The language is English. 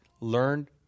learned